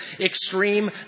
extreme